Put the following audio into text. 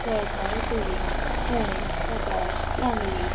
Jalgaon Dhule Pune Satara Sangli